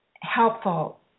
helpful